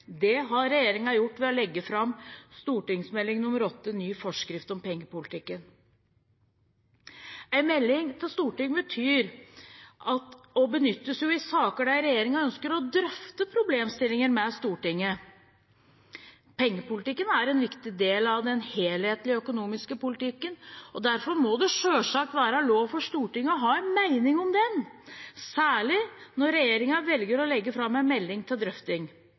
Det har regjeringen gjort ved å legge fram Meld.St.8 for 2017–2018, Ny forskrift for pengepolitikken. En melding til Stortinget benyttes i saker der regjeringen ønsker å drøfte problemstillinger med Stortinget. Pengepolitikken er en viktig del av den helhetlige økonomiske politikken, og derfor må det selvsagt være lov for Stortinget å ha en mening om den, særlig når regjeringen velger å legge fram en melding til drøfting.